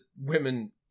women